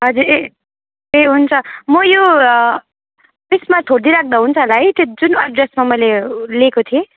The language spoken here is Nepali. हजुर ए ए हुन्छ म यो त्यसमा छोडिदिइराख्दा हुन्छ होला है त्यो जुन एड्रेसमा मैले लिएको थिएँ